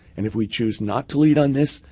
and if we choose not to lead on this,